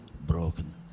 broken